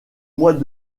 mois